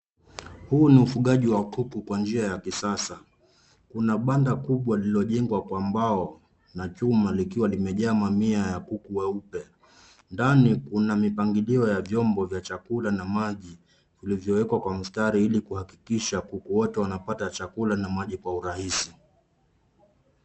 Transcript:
Huu ni ufugaji wa kuku kwa njia ya kisasa. Kuna banda kubwa lililojengwa kwa mbao na chuma likiwa limejaa mamia ya kuku weupe. Ndani kuna mipangilio ya vyombo vya chakula na maji zikiwekwa kwa mistari ili kuhakikisha kuku wote wanapata chakula na maji kwa urahisi.